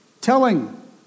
telling